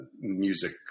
music